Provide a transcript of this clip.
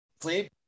sleep